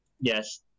yes